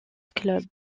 club